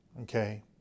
okay